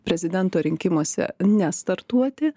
prezidento rinkimuose nestartuoti